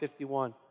51